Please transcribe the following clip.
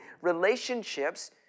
relationships